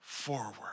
forward